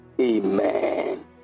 Amen